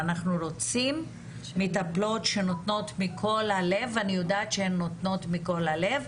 ואנחנו רוצים מטפלות שנותנות מכל הלב ואני יודעת שהן נותנות מכל הלב,